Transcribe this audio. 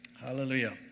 hallelujah